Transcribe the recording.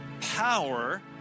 power